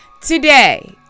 Today